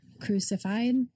crucified